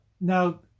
Now